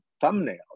thumbnail